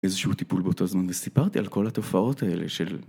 איזשהו טיפול באותו זמן וסיפרתי על כל התופעות האלה של